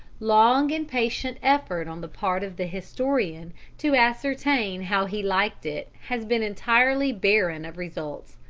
long and patient effort on the part of the historian to ascertain how he liked it has been entirely barren of results.